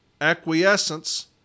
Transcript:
acquiescence